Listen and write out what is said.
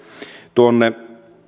tuonne